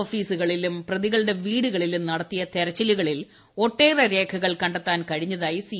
ഓഫീസുകളിലും പ്രതികളുടെ വീടുകളിലും നടത്തിയ തിരച്ചിലുകളിൽ ഒട്ടേറെ രേഖകൾ കണ്ടെത്താൻ കഴിഞ്ഞതായി സി